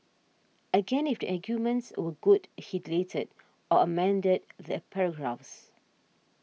again if the arguments were good he deleted or amended the paragraphs